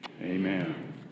Amen